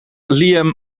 liam